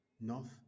north